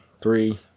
three